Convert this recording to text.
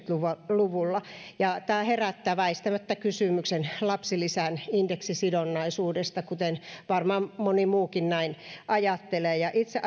luvulla tämä herättää väistämättä kysymyksen lapsilisän indeksisidonnaisuudesta mitä varmaan moni muukin ajattelee itse